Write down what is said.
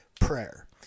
prayer